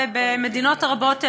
ובמדינות רבות,